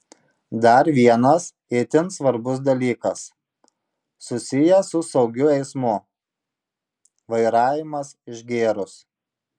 dar vienas itin svarbus dalykas susijęs su saugiu eismu vairavimas išgėrus